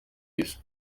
isi